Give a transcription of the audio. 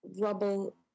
rubble